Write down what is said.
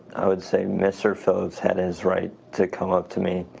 i would say mr. phillips had his right to come up to me.